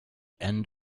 end